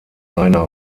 einer